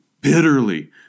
bitterly